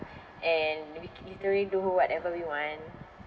and maybe c~ literally do whatever we want